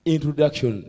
Introduction